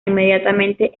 inmediatamente